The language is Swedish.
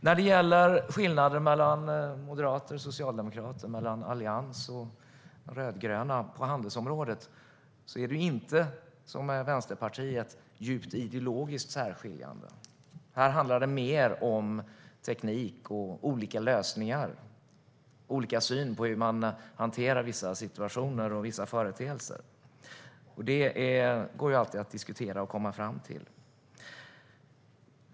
När det gäller skillnader mellan moderater och socialdemokrater och mellan Allians och rödgröna på handelsområdet är de inte, som med Vänsterpartiet, djupt ideologiskt särskiljande. Här handlar det mer om teknik, olika lösningar och olika syn på hur man hanterar vissa situationer och vissa företeelser. Det går alltid att diskutera och komma fram till.